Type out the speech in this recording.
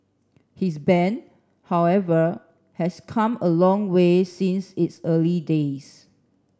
his band however has come a long way since its early days